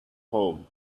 home